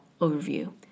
overview